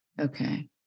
Okay